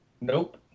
Nope